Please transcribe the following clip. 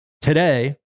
today